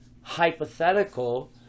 Hypothetical